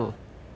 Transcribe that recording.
我我